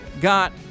got